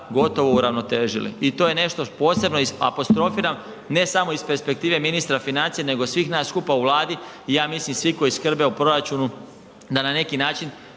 gotovo uravnotežili i to je nešto posebno, apostrofirano, ne samo iz perspektive ministra financija nego svih nas skupa u Vladi i ja mislim, svi koji skrbe o proračunu da na neki način